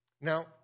Now